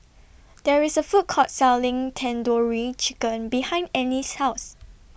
There IS A Food Court Selling Tandoori Chicken behind Annice's House